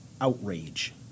outrage